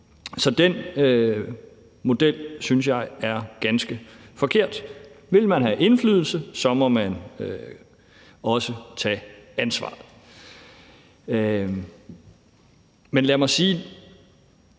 lagt frem, synes jeg er ganske forkert. Vil man have indflydelse, må man også tage ansvaret. Men lad mig sige: